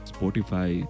Spotify